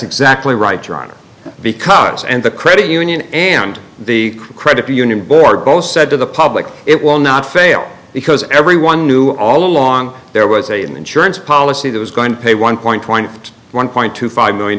exactly right your honor because and the credit union and the credit union board both said to the public it will not fail because everyone knew all along there was a an insurance policy that was going to pay one point point one point two five million